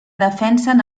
defensen